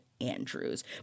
Andrews